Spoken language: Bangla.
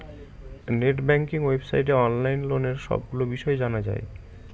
নেট ব্যাঙ্কিং ওয়েবসাইটে অনলাইন লোনের সবগুলো বিষয় জানা যায়